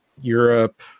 Europe